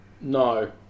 No